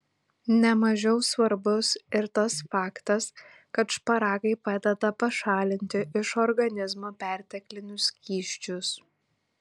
ne mažiau svarbus ir tas faktas kad šparagai padeda pašalinti iš organizmo perteklinius skysčius